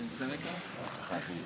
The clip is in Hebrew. עכשיו שמעתי אותו פה, על הבמה,